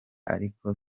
ariko